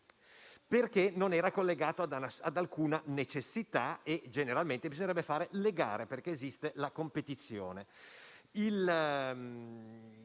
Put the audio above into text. perché non era collegata ad alcuna necessità. E generalmente bisognerebbe fare le gare dal momento che esiste la competizione. Il